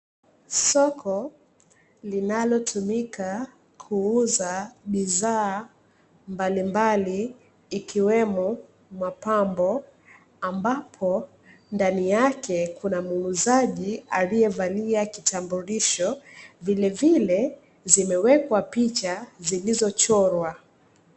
Soko linalotumika kuuza bidhaa mbalimbali ikiwemo mapambo, ambapo ndani yake kuna muuzaji aliyevalia kitambulisho vilevile zimewekwa picha zilizochorwa.